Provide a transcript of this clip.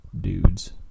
dudes